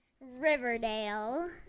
Riverdale